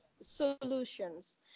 solutions